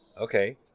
Okay